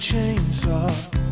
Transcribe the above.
chainsaw